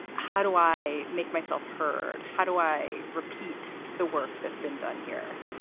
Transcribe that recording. how do i make myself heard? how do i repeat the work that's been done here?